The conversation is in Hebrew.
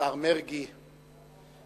השר מרגי ישיב.